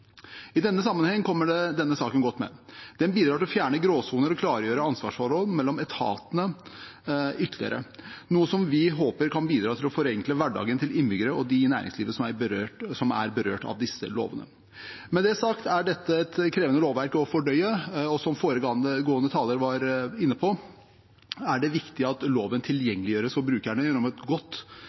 I denne sammenheng kommer denne saken godt med. Den bidrar til å fjerne gråsoner og klargjøre ansvarsforhold mellom etatene ytterligere, noe vi håper kan bidra til å forenkle hverdagen til innbyggere og de i næringslivet som er berørt av disse lovene. Med det sagt er dette et krevende lovverk å fordøye, og som foregående taler var inne på, er det viktig at loven tilgjengeliggjøres for brukerne gjennom et godt